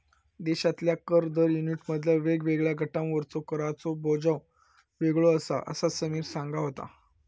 देशातल्या कर दर युनिटमधल्या वेगवेगळ्या गटांवरचो कराचो बोजो वेगळो आसा, असा समीर सांगा होतो